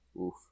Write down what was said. Oof